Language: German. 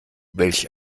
welch